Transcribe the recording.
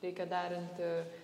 reikia derinti